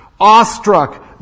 Awestruck